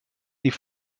die